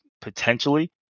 potentially